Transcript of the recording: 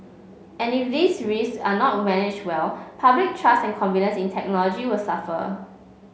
and if these risk are not managed well public trust and confidence in technology will suffer